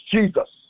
Jesus